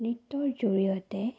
নৃত্যৰ জৰিয়তে